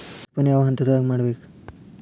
ಉತ್ಪನ್ನ ಯಾವ ಹಂತದಾಗ ಮಾಡ್ಬೇಕ್?